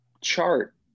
chart